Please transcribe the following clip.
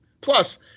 Plus